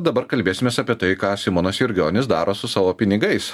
dabar kalbėsimės apie tai ką simonas jurgionis daro su savo pinigais